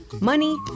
Money